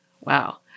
Wow